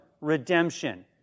redemption